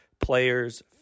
players